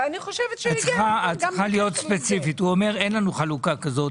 הוא אומר: אין לנו חלוקה כזאת.